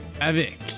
Avec